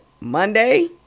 Monday